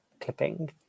Clipping